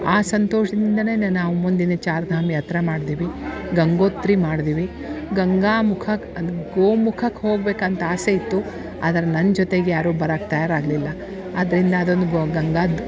ಆ ಸಂತೋಷದಿಂದನೇ ನಾವು ಮುಂದಿನ ಚಾರ್ಧಾಮಿ ಯಾತ್ರಾ ಮಾಡ್ದ್ವಿ ಗಂಗೋತ್ರಿ ಮಾಡ್ದ್ವಿ ಗಂಗಾ ಮುಖಕ್ಕೆ ಅದು ಗೋ ಮುಖಕ್ ಹೋಗ್ಬೇಕಂತ ಆಸೆ ಇತ್ತು ಆದ್ರ ನನ್ನ ಜೊತೆಗೆ ಯಾರು ಬರಾಕ್ಕೆ ತಯಾರು ಆಗಲಿಲ್ಲ ಆದ್ದರಿಂದ ಅದೊಂದು ಗಂಗಾದ